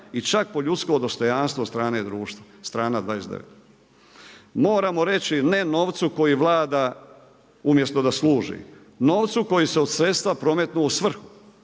i čak po ljudsko dostojanstvo od strane društva, strana 29. Moramo reći ne novcu koji vlada umjesto da služi, novcu koji se od sredstva prometnuo u svrhu.